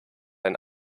ein